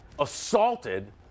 assaulted